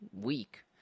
week